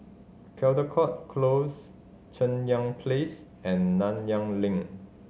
Caldecott Close Cheng Yan Place and Nanyang Link